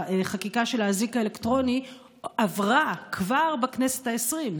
החקיקה של האזיק האלקטרוני עברה כבר בכנסת העשרים.